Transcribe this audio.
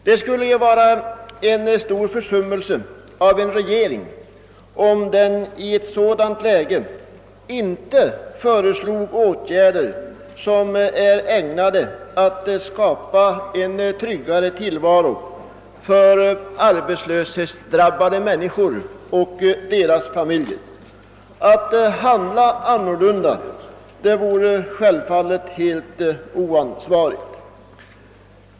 Det skulle vara en stor försummelse av en regering, om den i ett sådant läge inte föreslog åtgärder som är ägnade att skapa en tryggare tillvaro för arbetslöshetsdrabbade människor och deras familjer. Att handla annorlunda vore självfallet helt oansvarigt.